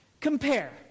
compare